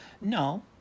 no